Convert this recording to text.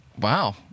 Wow